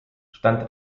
stand